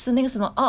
salted egg